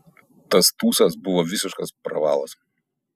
tas tūsas buvo visiškas pravalas